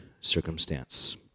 circumstance